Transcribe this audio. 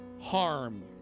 harm